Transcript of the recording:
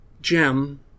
gem